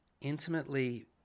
intimately